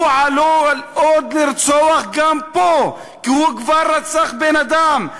הוא עלול עוד לרצוח גם פה, כי הוא כבר רצח בן-אדם.